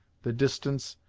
the distance,